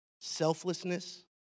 selflessness